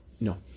No